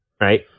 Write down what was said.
right